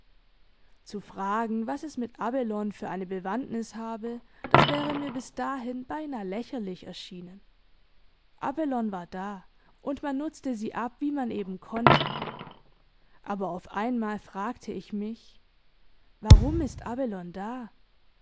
zu fragen was es mit abelone für eine bewandtnis habe das wäre mir bis dahin beinah lächerlich erschienen abelone war da und man nutzte sie ab wie man eben konnte aber auf einmal fragte ich mich warum ist abelone da